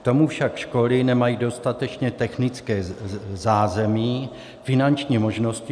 K tomu však školy nemají dostatečně technické zázemí, finanční možnosti.